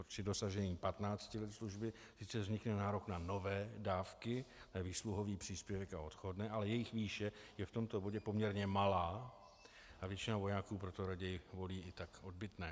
Při dosažení patnácti let služby sice vznikne nárok na nové dávky, na výsluhový příspěvek a odchodné, ale jejich výše je v tomto bodě poměrně malá a většina vojáků proto raději volí i tak odbytné.